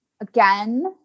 again